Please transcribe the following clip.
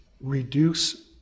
reduce